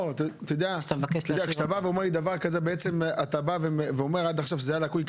אתה אומר שעד עכשיו זה היה לקוי,